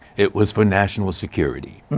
it was for national security,